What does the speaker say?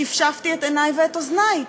שפשפתי את עיני ואת אוזני.